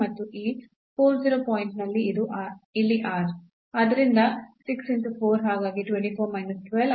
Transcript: ಮತ್ತು ಈ ಪಾಯಿಂಟ್ ನಲ್ಲಿ ಇಲ್ಲಿ r